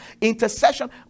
intercession